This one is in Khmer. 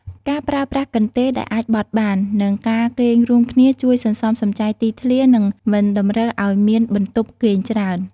ការប្រើប្រាស់កន្ទេលដែលអាចបត់បាន និងការគេងរួមគ្នាជួយសន្សំសំចៃទីធ្លា និងមិនតម្រូវឱ្យមានបន្ទប់គេងច្រើន។